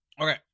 Okay